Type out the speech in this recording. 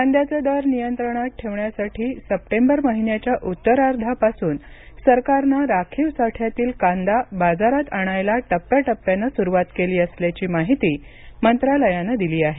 कांद्याचे दर नियंत्रणात ठेवण्यासाठी सप्टेंबर महिन्याच्या उत्तरार्धापासून सरकारनं राखीव साठ्यातील कांदा बाजारात आणायला टप्प्याटप्प्यानं सुरुवात केली असल्याची माहिती मंत्रालयानं दिली आहे